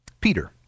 Peter